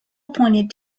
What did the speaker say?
appointed